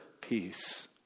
peace